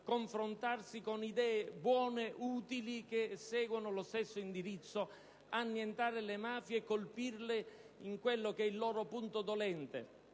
confrontarsi con idee buone ed utili che seguono lo stesso indirizzo: annientare le mafie e colpirle nel loro punto dolente.